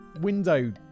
window